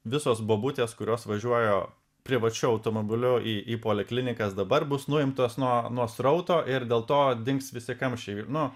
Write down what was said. visos bobutės kurios važiuoja privačiu automobiliu į į poliklinikas dabar bus nuimtos nuo nuo srauto ir dėl to dings visi kamščiai vi nu